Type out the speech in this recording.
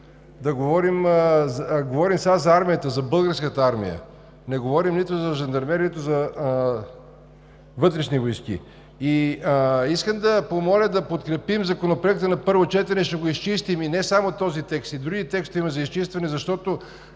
Сега говорим за армията, за българската армия, не говорим нито за жандармерията, нито за вътрешните войски. Искам да помоля да подкрепим Законопроекта на първо четене. Ще го изчистим – и не само този текст, и други текстове има за изчистване, защото,